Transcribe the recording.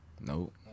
Nope